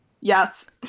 yes